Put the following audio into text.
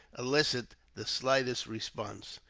elicit the slightest response.